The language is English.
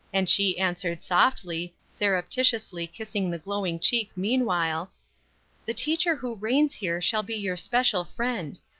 and she answered softly, surreptitiously kissing the glowing cheek meanwhile the teacher who reigns here shall be your special friend.